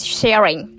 sharing